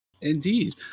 Indeed